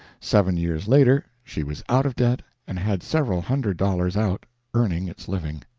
seven years later she was out of debt and had several hundred dollars out earning its living.